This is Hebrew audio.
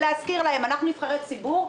להזכיר להם: אנחנו נבחרי ציבור,